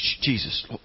jesus